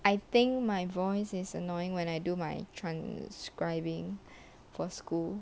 I think my voice is annoying when I do my transcribing for school